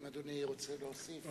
האם אדוני רוצה להוסיף?